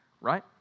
Right